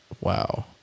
Wow